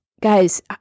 guys